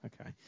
okay